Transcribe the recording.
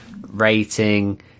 rating